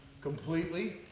completely